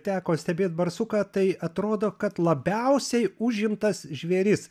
teko stebėt barsuką tai atrodo kad labiausiai užimtas žvėris